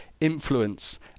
influence